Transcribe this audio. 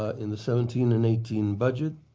ah in the seventeen and eighteen budget,